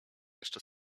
jeszcze